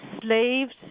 slaves